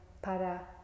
para